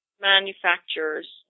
manufacturers